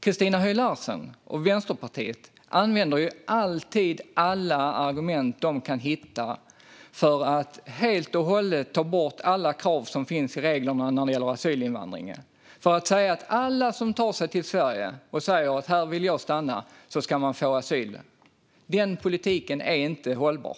Christina Höj Larsen och Vänsterpartiet använder alltid alla argument de kan hitta för att helt och hållet ta bort alla krav som finns i reglerna när det gäller asylinvandringen och för att säga att alla som tar sig till Sverige och säger att de vill stanna här ska få asyl. Den politiken är inte hållbar.